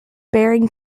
bearing